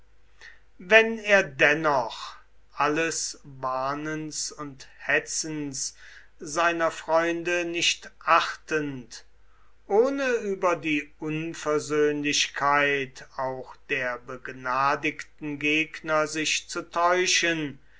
wenn er dennoch alles warnens und hetzens seiner freunde nicht achtend ohne über die unversöhnlichkeit auch der begnadigten gegner sich zu täuschen